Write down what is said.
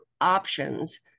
options